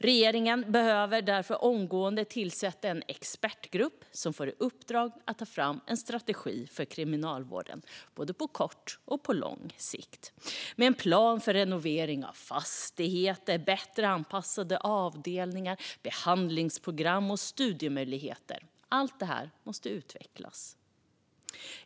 Regeringen behöver därför omgående tillsätta en expertgrupp som får i uppdrag att ta fram en strategi för kriminalvården både på kort och på lång sikt, med en plan för renovering av fastigheter och bättre anpassade avdelningar, behandlingsprogram och studiemöjligheter. Allt detta måste utvecklas.